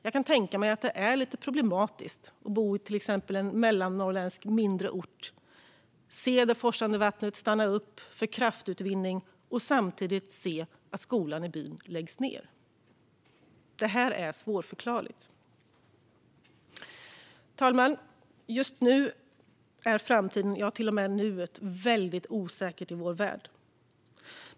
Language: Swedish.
Jag kan tänka mig att det är lite problematiskt att bo i till exempel en mellannorrländsk mindre ort och se det forsande vattnet stanna upp för kraftutvinning och samtidigt se att skolan i byn läggs ned. Det är svårförklarligt. Fru talman! Just nu är framtiden - ja, till och med nuet - något som är väldigt osäkert i vår värld.